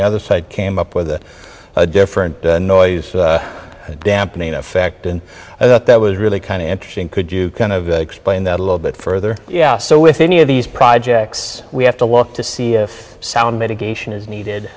the other side came up with a different noise dampening effect and i thought that was really kind of interesting could you kind of explain that a little bit further yeah so with any of these projects we have to look to see if sound mitigation is needed